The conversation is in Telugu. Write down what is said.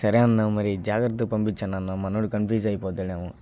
సరే అన్నా మరీ జాగ్రత్తగా పంపిచ్చండి అన్నా మనోడు కన్ఫ్యూజ్ అయిపోతాడేమో